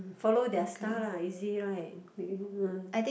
follow their style lah easy right